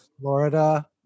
Florida